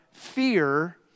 Fear